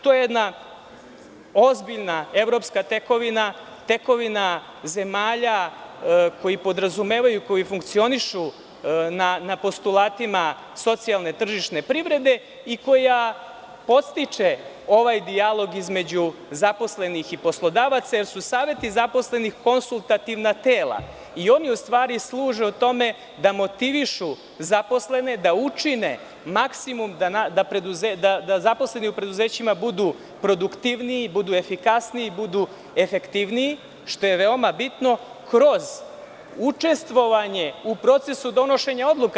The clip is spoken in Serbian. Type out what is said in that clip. To je jedna ozbiljna evropska tekovina, tekovina zemalja koji podrazumevaju i koji funkcionišu na postulatima socijalne tržišne privrede i koja podstiče ovaj dijalog između zaposlenih i poslodavaca, jer su Saveti zaposlenih konsultativna tela i oni u stvari služe u tome da motivišu zaposlene da učine maksimum, da zaposleni u preduzećima budu produktivniji, budu efikasniji, budu efektivniji, što je veoma bitno kroz učestvovanje u procesu donošenja odluka.